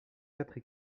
quatre